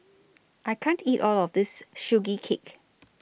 I can't eat All of This Sugee Cake